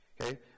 Okay